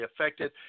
affected